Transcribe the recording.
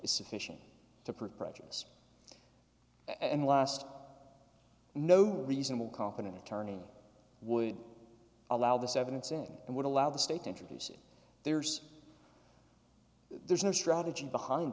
is sufficient to prove prejudice and last no reasonable competent attorney would allow this evidence in and would allow the state to introduce it there's there's no strategy behind